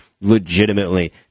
legitimately